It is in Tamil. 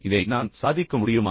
இதை நான் சாதிக்க முடியுமா